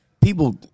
People